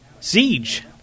Siege